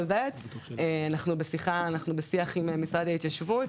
that אנחנו בשיח עם משרד ההתיישבות.